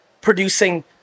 producing